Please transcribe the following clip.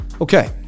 okay